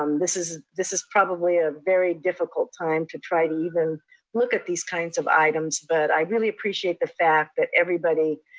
um this is this is probably a very difficult time to try to even look at these kinds of items, but i really appreciate the fact that everybody,